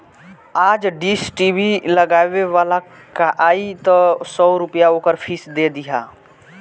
आज dish TV लगावे वाला आई तअ सौ रूपया ओकर फ़ीस दे दिहा